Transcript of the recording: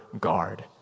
guard